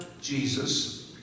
jesus